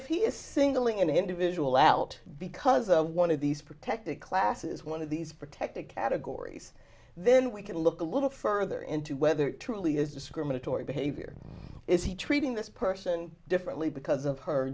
if he is singling an individual out because of one of these protected classes one of these protected categories then we can look a little further into whether it truly is discriminatory behavior is he treating this person differently because of her